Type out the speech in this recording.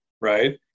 right